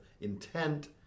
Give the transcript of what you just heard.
intent